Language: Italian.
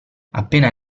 appena